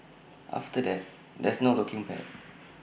after that there's no looking back